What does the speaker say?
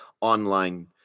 online